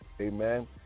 Amen